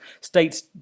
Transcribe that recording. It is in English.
states